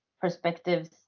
perspectives